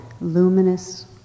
luminous